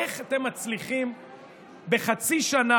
איך אתם מצליחים בחצי שנה,